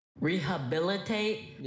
Rehabilitate